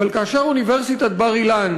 אבל כאשר אוניברסיטת בר-אילן,